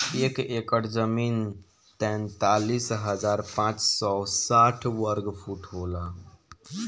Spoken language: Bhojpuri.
एक एकड़ जमीन तैंतालीस हजार पांच सौ साठ वर्ग फुट होला